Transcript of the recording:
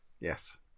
yes